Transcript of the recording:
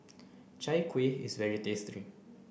Chai kuih is very tasty